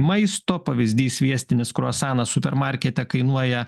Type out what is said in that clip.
maisto pavyzdys sviestinis kruasanas supermarkete kainuoja